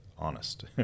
honest